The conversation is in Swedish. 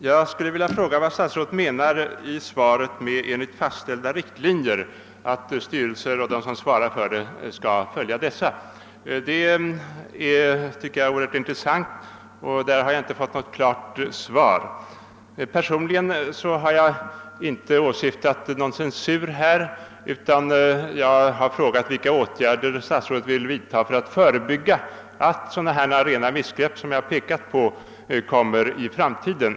Herr talman! Jag vill fråga vad statsrådet menar med det som står i svaret. »Självfallet åvilar det dock styrelser och chefer ansvar för att verksamheten bedrivs enligt fastställda riktlinjer.» Det vore intressant att få höra det. Jag har ännu inte fått något besked på den punkten. Jag har i detta fall inte åsyftat någon censur, utan jag har frågat vilka åtgärder statsrådet ämnar vidta för att förhindra att sådana missgrepp som jag pekat på göres i framtiden.